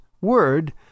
word